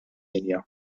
linja